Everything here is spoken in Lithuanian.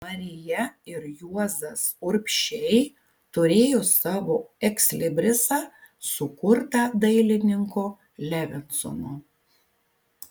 marija ir juozas urbšiai turėjo savo ekslibrisą sukurtą dailininko levinsono